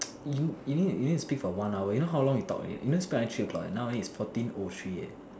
you you need to you need to speak for one hour you know how long you talk already not you need to speak until three o-clock eh now it's fourteen o three eh